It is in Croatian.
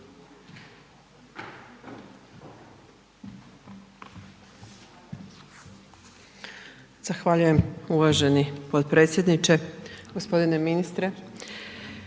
Zahvaljujem uvaženi potpredsjedniče. Gospodine ministre.